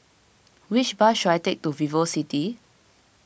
which bus should I take to VivoCity